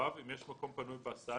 אם יש מקום פנוי בהסעה,